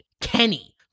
Kenny